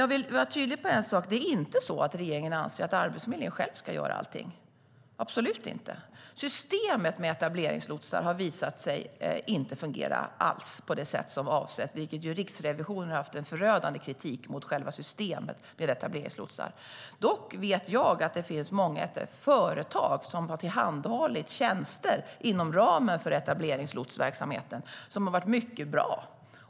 Jag vill dock vara tydlig med en sak: Det är inte så att regeringen anser att Arbetsförmedlingen själv ska göra allting - absolut inte. Systemet med etableringslotsar har visat sig inte alls fungera på det sätt som var avsett. Riksrevisionen har också haft en förödande kritik mot själva systemet med etableringslotsar. Dock vet jag att det finns många företag som har tillhandahållit tjänster inom ramen för etableringslotsverksamheten som har varit mycket bra.